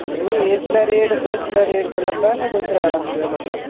नेईं इसलै रेट इसलै रेट चलै करदा कोई त्रै लक्ख रपेआ मरला